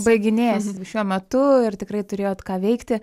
baiginėjasi šiuo metu ir tikrai turėjot ką veikti